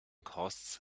costs